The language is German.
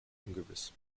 ungewiss